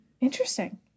Interesting